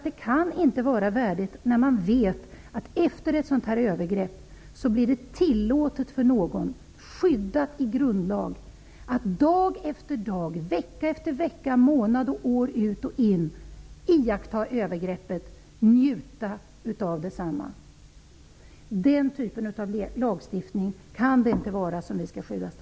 Det kan inte vara värdigt när man vet att det efter ett sådant här övergrepp blir tillåtet för någon att, skyddad av grundlag, dag efter dag, vecka efter vecka, i månader och år, iaktta och njuta av övergreppet. Det kan inte, statsrådet, vara den typen av lagstiftning som vi skall skydda.